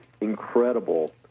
incredible